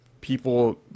people